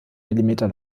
millimeter